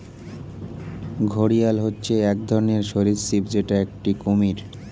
ঘড়িয়াল হচ্ছে এক ধরনের সরীসৃপ যেটা একটি কুমির